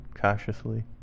cautiously